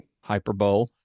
Hyperbole